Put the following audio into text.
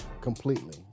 Completely